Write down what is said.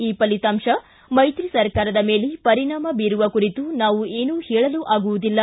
ಈ ಫಲಿತಾಂಶ ಮೈತ್ರಿ ಸರ್ಕಾರದ ಮೇಲೆ ಪರಿಣಾಮ ಬೀರುವ ಕುರಿತು ತಾವು ಏನು ಹೇಳಲು ಆಗುವುದಿಲ್ಲ